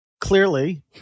clearly